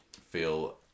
feel